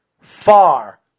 far